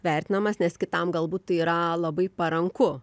vertinamas nes kitam galbūt tai yra labai paranku